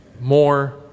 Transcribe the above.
more